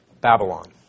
Babylon